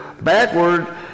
backward